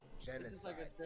Genocide